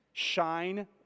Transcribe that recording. shine